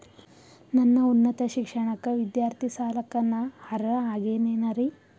ನನ್ನ ಉನ್ನತ ಶಿಕ್ಷಣಕ್ಕ ವಿದ್ಯಾರ್ಥಿ ಸಾಲಕ್ಕ ನಾ ಅರ್ಹ ಆಗೇನೇನರಿ?